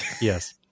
Yes